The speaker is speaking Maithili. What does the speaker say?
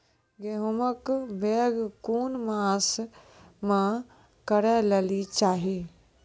गेहूँमक बौग कून मांस मअ करै लेली चाही?